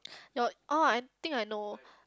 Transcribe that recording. your orh I think I know